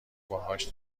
باهاش